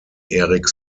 eric